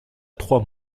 trois